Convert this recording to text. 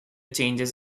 changes